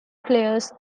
players